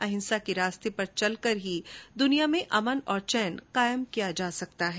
अहिंसा के रास्ते पर चलकर ही दुनिया में अमन और चैन कायम किया जा सकता है